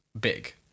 big